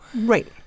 Right